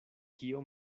kio